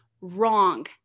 Wrong